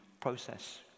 process